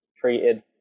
treated